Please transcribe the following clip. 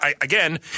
again